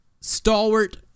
stalwart